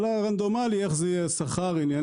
על הרנדומלי, איך יהיה השכר וכו'.